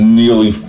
nearly